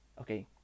Okay